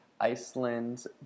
Iceland